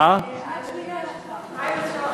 אדוני היושב-ראש, מה עם השעון?